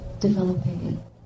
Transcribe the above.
developing